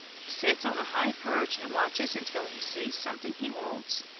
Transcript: he sits on a high perch and watches until he sees something he wants.